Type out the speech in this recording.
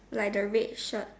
like the red shirt